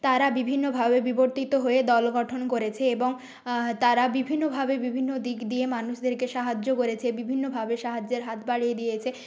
তারা বিভিন্নভাবে বিবর্তিত হয়ে দল গঠন করেছে এবং তারা বিভিন্নভাবে বিভিন্ন দিক দিয়ে মানুষদেরকে সাহায্য করেছে বিভিন্নভাবে সাহায্যের হাত বাড়িয়ে দিয়েছে